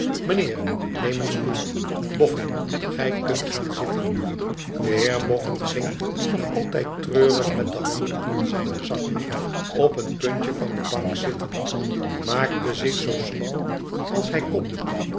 neem een stoel boffin fl ij kunt gaan zitten de heer boffin ging nog altijd treurig met ae handen in zijne zakken op een puntje van de bank zitten maakte zich zoo smal als hij kon